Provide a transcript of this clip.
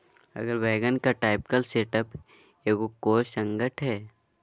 उगर वैगन का typical setup एगो कोर्स अंगठ हइ